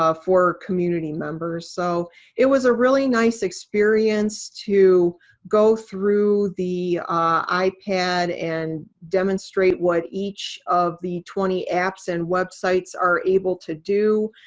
ah for community members. so it was a really nice experience to go through the ipad and demonstrate what each of the twenty apps and websites are able to do.